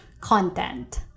content